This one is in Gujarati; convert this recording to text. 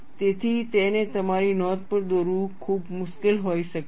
તેથી તેને તમારી નોંધો પર દોરવું ખૂબ મુશ્કેલ હોઈ શકે છે